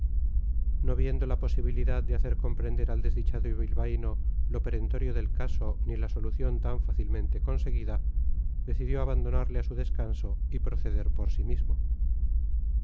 no viendo la posibilidad de hacer comprender al desdichado bilbaíno lo perentorio del caso ni la solución tan fácilmente conseguida decidió abandonarle a su descanso y proceder por sí mismo